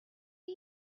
are